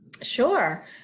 Sure